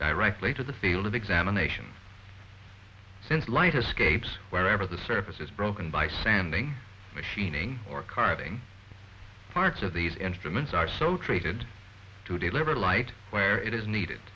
directly to the field of examination since light escapes wherever the surface is broken by sanding machining or carving parts of these instruments are so treated to deliver light where it is needed